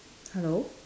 hello